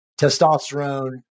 testosterone